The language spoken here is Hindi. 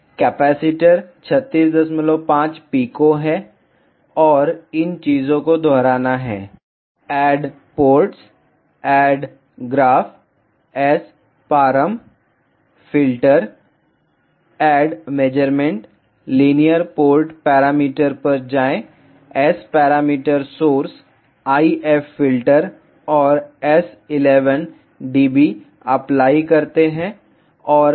कैपेसिटर 365 पिको है और इन चीजों को दोहराना है add ports add graph SParam filter add measurement linear port parameter पर जाएं S parameter source IF filter और S 11 dB अप्लाई करते हैं और S21 अप्लाई करते हैं ठीक हैं